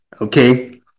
Okay